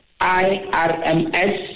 IRMS